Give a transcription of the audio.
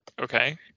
Okay